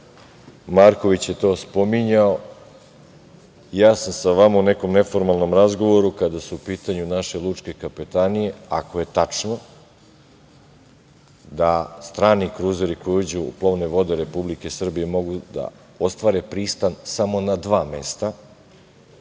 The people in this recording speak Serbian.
Marković je to spominjao. Ja sam sa vama u nekom neformalnom razgovoru kada su u pitanju naše lučke kapetanije, ako je tačno da strani kruzeri koji uđu u plovne vode Republike Srbije mogu da ostvare pristan samo na dva mesta.